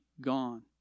gone